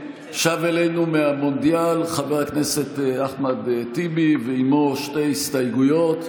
שב אלינו מהמונדיאל חבר הכנסת אחמד טיבי ועימו שתי הסתייגויות.